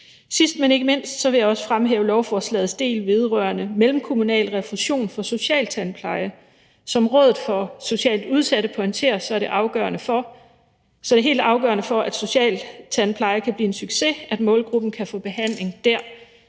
Sidst, men ikke mindst, vil jeg også fremhæve lovforslagets del vedrørende mellemkommunal refusion for socialtandpleje. Som Rådet for Socialt Udsatte pointerer, er det, for at socialtandpleje kan blive en succes, helt afgørende, at målgruppen kan få behandling der,